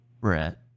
brett